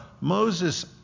Moses